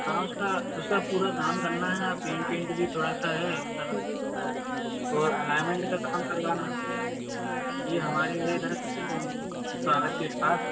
हाँ उसका उसका पूरा काम करना है और पेंट वेंट भी थोड़ा सा है उधर तो एलाईमेंट का काम करवाना है ये हमारी हँ स्वागत के पास